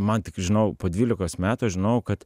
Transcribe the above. man tik žinojau po dvylikos metų aš žinojau kad